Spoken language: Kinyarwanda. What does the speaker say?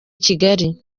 kigali